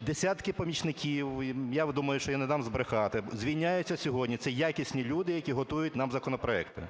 Десятки помічників, я думаю, що я не дам збрехати, звільняються сьогодні. Це якісні люди, які готують нам законопроекти.